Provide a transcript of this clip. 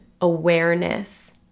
awareness